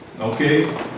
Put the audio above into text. Okay